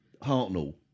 Hartnell